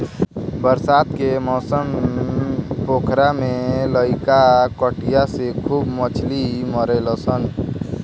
बरसात के मौसम पोखरा में लईका कटिया से खूब मछली मारेलसन